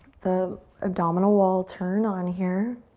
the abdominal wall turn on here.